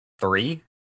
three